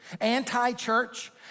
Anti-church